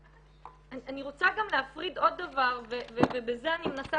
אני רוצה להפריד עוד דבר ובזה אני מנסה